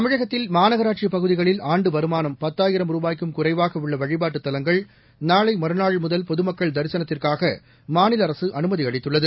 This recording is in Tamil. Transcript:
தமிழகத்தில் மாநகராட்சிபகுதிகளில் ஆண்டுவருமானம் பத்தாயிரம் ரூபாய்க்கும் குறைவாகஉள்ளவழிபாட்டுத் தலங்களில் நாளைமறுநாள் முதல் பொதுமக்கள் தரிசனத்துக்காகமாநிலஅரசுஅனுமதிஅளித்துள்ளது